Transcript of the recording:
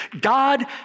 God